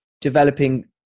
developing